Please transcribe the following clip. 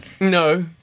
No